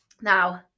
Now